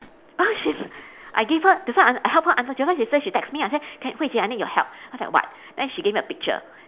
!huh! she's I give her that's why I I help her answer do you know what she say she text me I say can hui 姐 I need your help then I say what then she gave me a picture